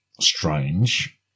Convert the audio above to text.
strange